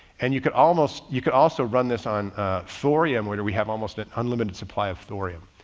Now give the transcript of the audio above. and you can almost, you could also run this on thorium where we have almost an unlimited supply of thorium.